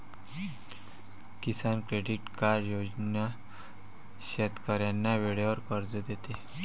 किसान credit card योजना शेतकऱ्यांना वेळेवर कर्ज देते